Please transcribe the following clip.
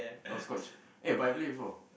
hopscotch eh but I play before